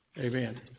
Amen